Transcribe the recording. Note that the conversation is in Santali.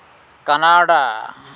ᱠᱟᱱᱟᱰᱟ